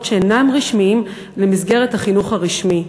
שאינם רשמיים למסגרת החינוך הרשמי.